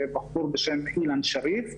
זה בחור בשם אילן שריף,